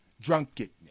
drunkenness